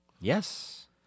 Yes